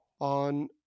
on